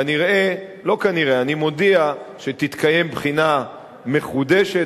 אני מודיע שתתקיים בחינה מחודשת,